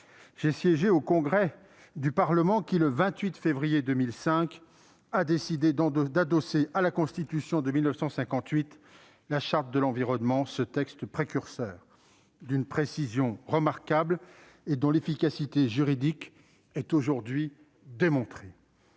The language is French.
j'ai siégé au Congrès du Parlement qui, le 28 février 2005, a décidé d'adosser à la Constitution de 1958 la Charte de l'environnement, ce texte précurseur, d'une précision remarquable, et dont l'efficacité juridique est aujourd'hui démontrée.